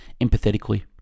empathetically